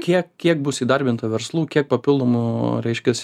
kiek kiek bus įdarbinta verslų kiek papildomų reiškias